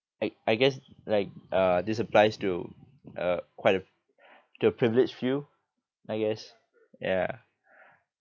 I I guess like uh this applies to uh quite a to a privileged few I guess ya